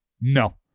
No